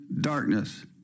darkness